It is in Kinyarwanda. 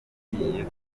agiye